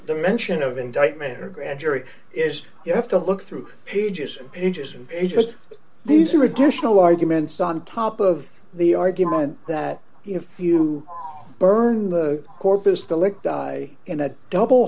the mention of indictment or grand jury is you have to look through pages and pages and pages these are additional arguments on top of the argument that if you burn the corpus the link die in a double